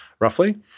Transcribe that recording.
roughly